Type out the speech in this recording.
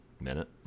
Minute